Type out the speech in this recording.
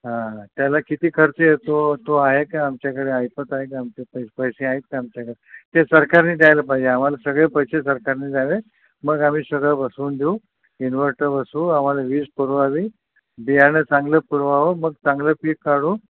हा त्याला किती खर्च येतो तो आहे का आमच्याकडे ऐपत आहे का आमची पैसे आहेत का आमच्याकडे ते सरकारने द्यायला पाहिजे आम्हाला सगळे पैसे सरकारने द्यावे मग आम्ही सगळं बसवून घेऊ इन्वर्टर बसवू आम्हाला वीज पुरवावी बियाणं चांगलं पुरवावं मग चांगलं पीक काढू